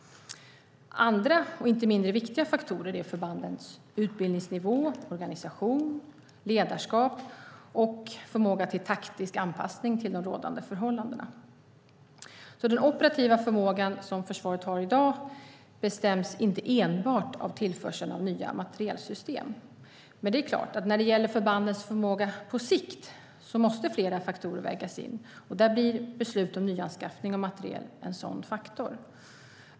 Andra, inte mindre viktiga faktorer är förbandens utbildningsnivå, organisation, ledarskap och förmåga till taktisk anpassning till de rådande förhållandena. Den operativa förmåga som försvaret har i dag bestäms inte enbart av tillförseln av nya materielsystem. Men det är klart att när det gäller förbandens förmåga på sikt måste flera faktorer vägas in. Där blir beslut om nyanskaffning av materiel en sådan faktor.